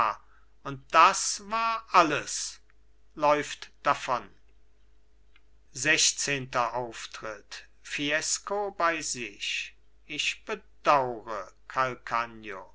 und das war alles läuft davon sechzehnter auftritt fiesco bei sich fiesco ich bedaure